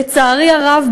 לצערי הרב,